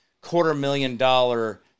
quarter-million-dollar